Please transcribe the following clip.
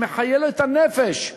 שמחיה לו את הנפש,